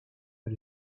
but